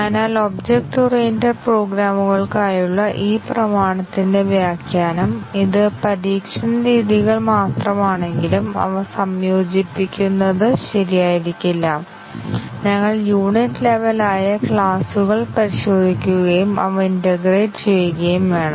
അതിനാൽ object oriented പ്രോഗ്രാമുകൾക്കായുള്ള ഈ പ്രമാണത്തിന്റെ വ്യാഖ്യാനം ഇത് പരീക്ഷണ രീതികൾ മാത്രമാണെങ്കിലും അവ സംയോജിപ്പിക്കുന്നത് ശരിയായിരിക്കില്ല ഞങ്ങൾ യൂണിറ്റ് ലെവൽ ആയ ക്ലാസുകൾ പരിശോധിക്കുകയും അവ ഇന്റേഗ്രേറ്റ് ചെയ്യുകയും വേണം